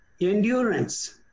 endurance